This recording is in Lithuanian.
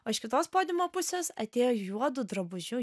o iš kitos podiumo pusės atėjo juodu drabužiu